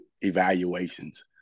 evaluations